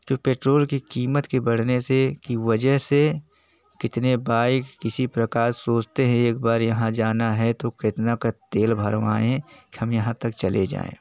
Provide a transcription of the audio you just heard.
तो पेट्रोल की कीमत के बढ़ने से की वजह से कितने बाइक किसी प्रकार सोचते हैं एक बार यहाँ जाना है तो कितना का तेल भरवाएँ कि हम यहाँ तक चले जाएँ